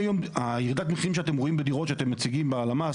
ירידת המחירים שאתם רואים בדירות שאתם מציגים בהלמ"ס,